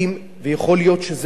ויכול להיות שזה מיעוט,